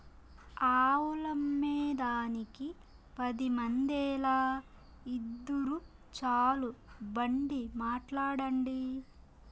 ఆవులమ్మేదానికి పది మందేల, ఇద్దురు చాలు బండి మాట్లాడండి